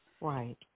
Right